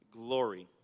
glory